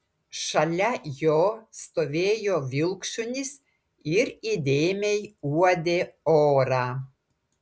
šalia jo stovėjo vilkšunis ir įdėmiai uodė orą